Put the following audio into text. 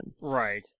Right